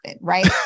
right